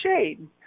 shade